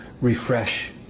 refresh